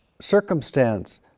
circumstance